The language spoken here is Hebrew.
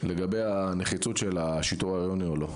לגבי הנחיצות של השיטור העירוני או לא.